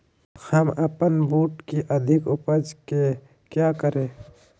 हम अपन बूट की अधिक उपज के क्या करे?